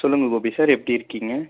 சொல்லுங்கள் கோபி சார் எப்படி இருக்கீங்க